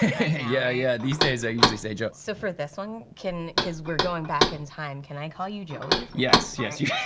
yeah, yeah, these days i usually say joe. so for this one, cause we're going back in time, can i call you joey? yes, yes you